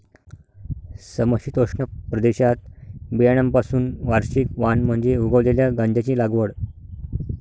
समशीतोष्ण प्रदेशात बियाण्यांपासून वार्षिक वाण म्हणून उगवलेल्या गांजाची लागवड